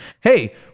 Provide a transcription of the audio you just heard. Hey